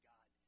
God